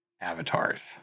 Avatars